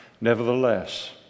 Nevertheless